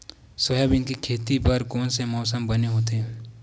Soybean के खेती बर कोन से मौसम बने होथे?